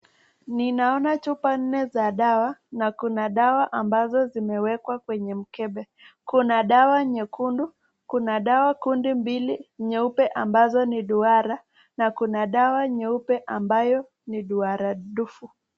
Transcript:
Ninaona chupa nne za dawa, na Kuna dawa ambazo zimewekwa kwenye mkebe. Kuna dawa nyekundu, kuna dawa kundu mbili nyeupe ambazo ni duara, na kuna dawa nyeupe ambayo ni duara dufu.